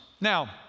Now